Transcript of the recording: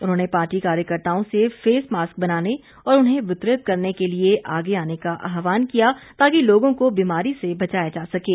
उन्होंने पार्टी कार्यकर्ताओं से फेस मास्क बनाने और उन्हें वितरित करने के लिए आगे आने का आहवान किया ताकि लोगों को बीमारी से बचाया जा सकें